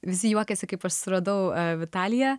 visi juokiasi kaip aš suradau vitalija